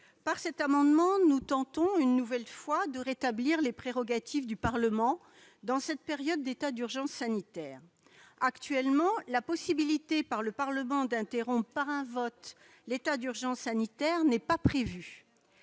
de cet amendement, nous tentons une nouvelle fois de rétablir les prérogatives du Parlement dans cette période d'état d'urgence sanitaire. Actuellement, la possibilité pour le Parlement d'interrompre par un vote l'état d'urgence sanitaire n'est pas prévue.